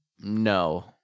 no